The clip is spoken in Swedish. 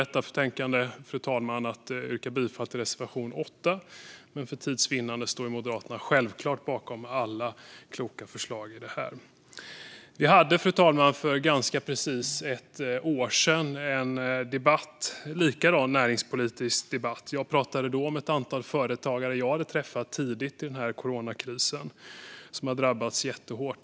För tids vinnande yrkar jag bifall endast till reservation 8, men självklart står Moderaterna bakom alla kloka förslag i betänkandet. Fru talman! För ganska precis ett år sedan hade vi en liknande näringspolitisk debatt. Jag pratade då om ett antal företagare som jag hade träffat tidigt i coronakrisen och som hade drabbats jättehårt.